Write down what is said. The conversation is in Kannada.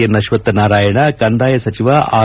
ಎನ್ ಅಕ್ಷಥ್ ನಾರಾಯಣ ಕಂದಾಯ ಸಚಿವ ಆರ್